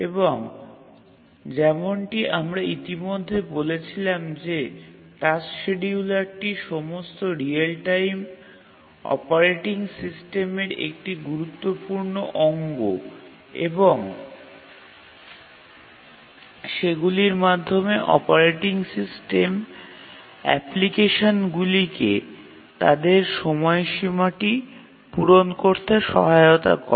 এবং যেমনটি আমরা ইতিমধ্যে বলেছিলাম যে টাস্ক শিডিয়ুলারটি সমস্ত রিয়েল টাইম অপারেটিং সিস্টেমের একটি গুরুত্বপূর্ণ অঙ্গ এবং সেগুলির মাধ্যমে অপারেটিং সিস্টেম অ্যাপ্লিকেশনগুলিকে তাদের সময়সীমাটি পূরণ করতে সহায়তা করে